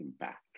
impact